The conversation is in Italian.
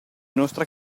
nostra